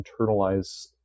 internalize